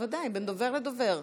בוודאי, בין דובר לדובר.